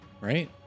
Right